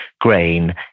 grain